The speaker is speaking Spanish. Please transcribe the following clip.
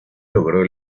logró